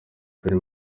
film